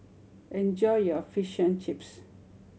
enjoy your Fish and Chips